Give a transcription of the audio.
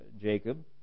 Jacob